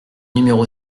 numéro